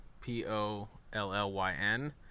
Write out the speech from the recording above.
P-O-L-L-Y-N